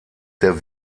der